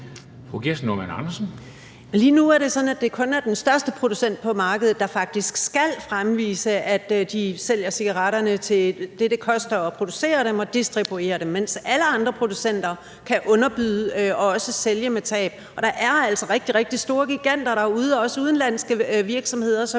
lige nu er det jo sådan, at det kun er den største producent på markedet, der faktisk skal fremvise, at de sælger cigaretterne til det, som det koster at producere dem og distribuere dem, mens alle andre producenter kan underbyde og også sælge med tab, og der er altså nogle rigtig, rigtig store giganter derude, også udenlandske virksomheder, som